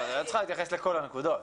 את לא צריכה להתייחס לכל הנקודות.